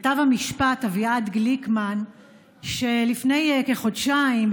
כתב המשפט אביעד גליקמן שלפני כחודשיים,